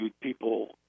people